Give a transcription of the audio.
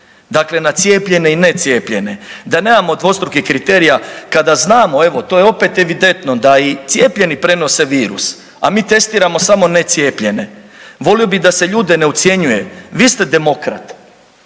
dakle na cijepljene i necijepljene, da nemamo dvostrukih kriterija kada znamo, evo to je opet evidentno da i cijepljeni prenose virus, a mi testiramo samo necijepljene. Volio bih da se ljude ne ucjenjuje. Vi ste demokrat,